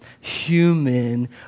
human